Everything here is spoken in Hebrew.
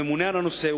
הממונה על הנושא,